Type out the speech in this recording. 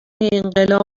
انقلاب